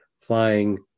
flying